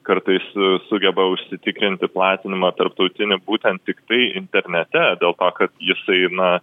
kartais sugeba užsitikrinti platinimą tarptautiniu būtent tiktai internete dėl to kad jisai na